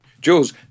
Jules